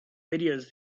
videos